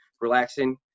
relaxing